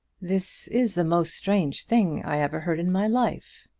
this is the most strange thing i ever heard in my life.